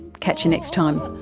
catch you next time